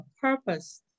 purpose